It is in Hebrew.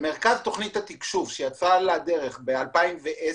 במרכז תכנית התקשוב שיצאה לדרך ב-2010,